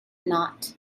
not